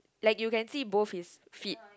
like you can see both his feet